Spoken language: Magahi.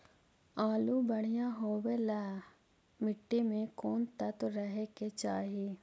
आलु बढ़िया होबे ल मट्टी में कोन तत्त्व रहे के चाही?